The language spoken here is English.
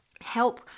help